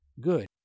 good